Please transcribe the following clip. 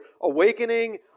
Awakening